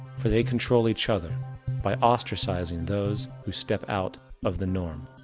for they control each other by ostracizing those who step out of the norm.